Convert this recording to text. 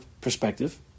perspective